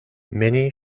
many